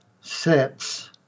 sets